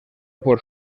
por